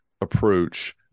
approach